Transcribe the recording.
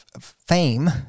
fame